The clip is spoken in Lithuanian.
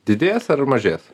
didės ar mažės